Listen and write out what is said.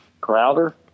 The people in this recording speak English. Crowder